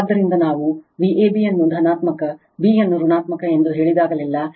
ಆದ್ದರಿಂದ ನಾವು Vab ಅನ್ನು ಧನಾತ್ಮಕ b ಅನ್ನು ಋಣಾತ್ಮಕ ಎಂದು ಹೇಳಿದಾಗಲೆಲ್ಲಾ